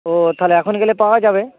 ও তাহলে এখন গেলে পাওয়া যাবে